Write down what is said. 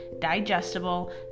digestible